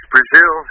Brazil